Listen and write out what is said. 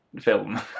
film